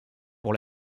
pour